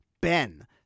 Ben